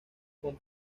con